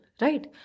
right